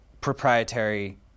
proprietary